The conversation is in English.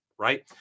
Right